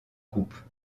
groupes